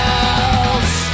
else